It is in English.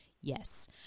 Yes